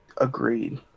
agreed